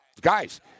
Guys